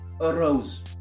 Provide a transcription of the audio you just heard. arose